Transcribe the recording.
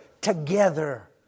together